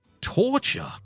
Torture